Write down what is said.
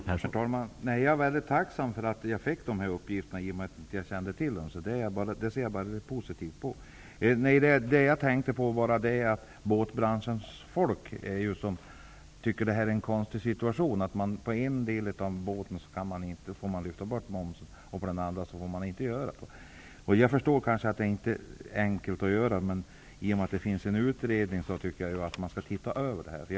Herr talman! Jag är väldigt tacksam över att jag fick de här uppgifterna i och med att jag inte kände till dem. Det ser jag alltså positivt på. Båtbranschens folk tycker ju, som jag sade, att det är en konstig situation att man får lyfta bort momsen för en del av båten men inte för en annan. Jag förstår att det kanske inte är enkelt att rätta till det här, men i och med att det finns en utredning tycker jag att den borde titta över frågan.